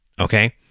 Okay